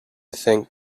think